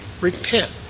repent